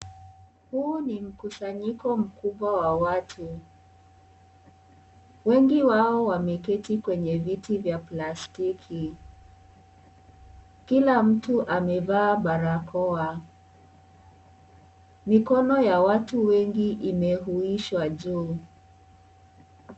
Huu ni mkusanyiko mkubwa wa watu. Wengi wao wameketi kwenye viti vya plastiki. Kila mtu amevaa barakoa. Mikono ya qatu wengi umeuishwa juu.